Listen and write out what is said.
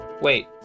Wait